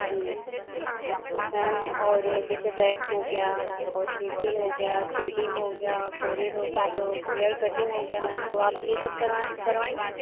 जी ma'am और ये जैसे वैक्स हो गया और फेसियल हो गया थ्रेडिंग हो गया फ़ोरहेड हो गया तो हेयर कटिंग हो गया मैम तो आप ये सब करवाएँगी मैम